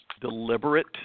deliberate